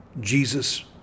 Jesus